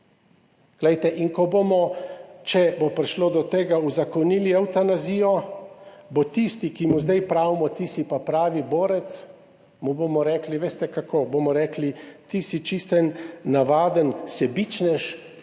in ko bomo, če bo prišlo do tega, uzakonili evtanazijo, bo tisti, ki mu zdaj pravimo, ti si pa pravi borec, mu bomo rekli, veste kako bomo rekli, ti si čisto en navaden sebičnež,